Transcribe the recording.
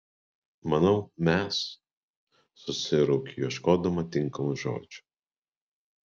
manau mes susiraukiu ieškodama tinkamų žodžių